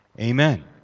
Amen